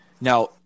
Now